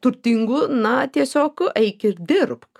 turtingu na tiesiog eik ir dirbk